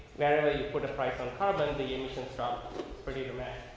wherever you put a price on carbon, the innocence trump pretty dramatic.